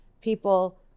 people